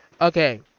Okay